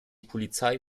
polizei